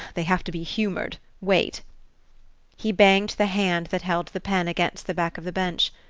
they have to be humoured wait he banged the hand that held the pen against the back of the bench.